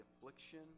affliction